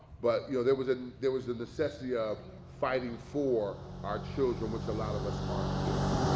but you know there was ah there was the necessity of fighting for our children, which a lot of us aren't doing,